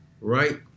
right